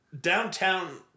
downtown